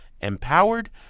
empowered